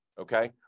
okay